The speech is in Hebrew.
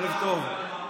ערב טוב.